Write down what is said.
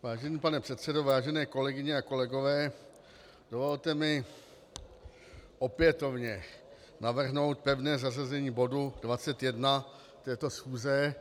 Vážený pane předsedo, vážené kolegyně a kolegové, dovolte mi opětovně navrhnout pevné zařazení bodu 21 této schůze.